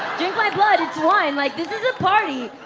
drink my blood. it's wine. like, this is a party.